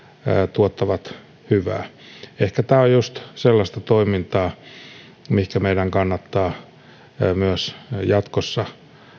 tuottavat hyvää ehkä tämä on just sellaista toimintaa mihinkä meidän kannattaa myös jatkossa